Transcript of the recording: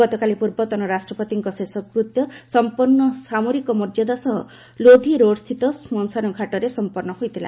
ଗତକାଲି ପୂର୍ବତନ ରାଷ୍ଟ୍ରପତିଙ୍କ ଶେଷକୃତ୍ୟ ସମ୍ପୂର୍ଣ୍ଣ ସାମରିକ ମର୍ଯ୍ୟାଦା ସହ ଲୋଧିରୋଡସ୍ଥିତ ଶ୍ମଶାନ ଘାଟରେ ସମ୍ପନ୍ନ କରାଯାଇଥିଲା